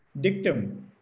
dictum